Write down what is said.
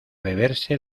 beberse